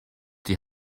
die